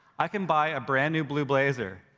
i can buy a brand new blue blazer.